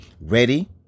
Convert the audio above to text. Ready